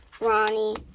Ronnie